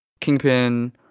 Kingpin